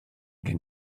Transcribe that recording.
gen